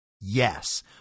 Yes